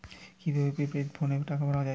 কি ভাবে প্রিপেইড ফোনে টাকা ভরা হয়?